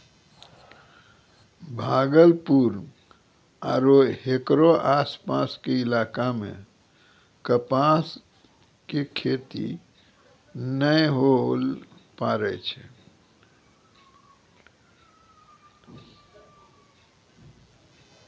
भागलपुर आरो हेकरो आसपास के इलाका मॅ कपास के खेती नाय होय ल पारै छै